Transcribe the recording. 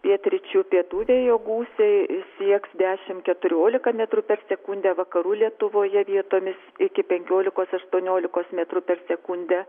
pietryčių pietų vėjo gūsiai sieks dešim keturiolika metrų per sekundę vakarų lietuvoje vietomis iki penkiolikos aštuoniolikos metrų per sekundę